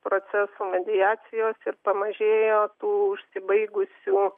procesų mediacijos ir pamažėjo tų užsibaigusių